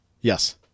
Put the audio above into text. Yes